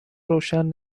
روشن